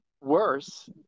worse